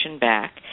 back